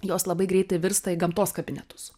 jos labai greitai virsta į gamtos kabinetus